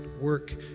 Work